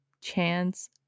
chance